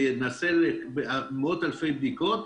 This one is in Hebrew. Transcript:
וגם נעשה מאות אלפי בדיקות,